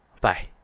Bye